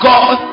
God